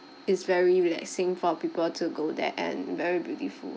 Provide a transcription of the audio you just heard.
is very relaxing for people to go there and very beautiful